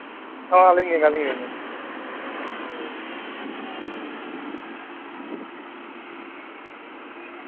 ᱚ ᱟᱞᱤᱧ ᱜᱮ ᱟᱞᱤᱧ ᱜᱮ